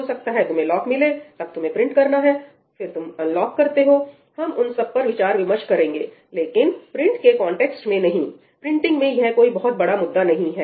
हो सकता है तुम्हें लॉक मिले तब तुम्हें प्रिंट करना है फिर तुम अनलॉक करते हो हम उन सब पर विचार विमर्श करेंगे लेकिन प्रिंट के कॉन्टेक्स्ट में नहीं प्रिंटिंग में यह कोई बहुत बड़ा मुद्दा नहीं है